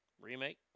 remake